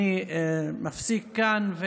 אני מפסיק כאן.